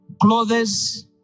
clothes